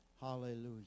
Hallelujah